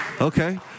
Okay